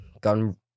gun